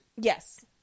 Yes